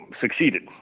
succeeded